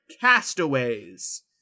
castaways